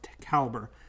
caliber